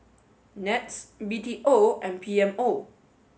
NETS B T O and P M O